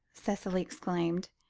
cicely exclaimed.